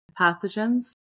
pathogens